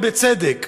ובצדק,